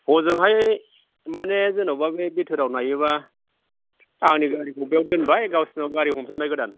हजोंहाय माने जेन'बा बे बिथोराव नायोब्ला आंनि गारिखौ बैयाव दोनबाय गावसिनियाव गारि हमफिनबाय गोदान